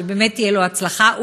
שבאמת תהיה לו הצלחה.